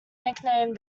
nicknamed